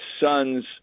sons